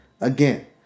Again